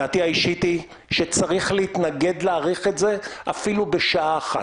דעתי האישית היא שצריך להתנגד להאריך את זה אפילו בשעה אחת.